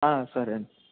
సరే అండి